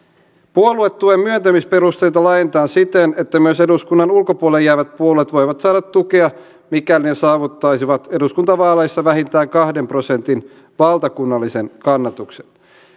puoluetuen myöntämisperusteita laajennetaan siten että myös eduskunnan ulkopuolelle jäävät puolueet voivat saada tukea mikäli ne saavuttaisivat eduskuntavaaleissa vähintään kahden prosentin valtakunnallisen kannatuksen